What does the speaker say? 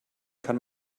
kann